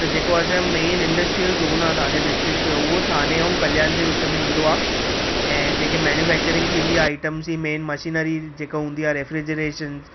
त जेको असांजो मेन इंडस्ट्रीयल जोन आहे थाणे ड्रिस्ट्रिक्ट जो उहो थाणे ऐं कल्याण जे विच में ईंदो आहे ऐं जेके मैन्यूफैक्चरिंग थींदी आहे आइटम्स जी मेन मशीनरी जेकी हूंदी आहे रेफ्रिजरेशन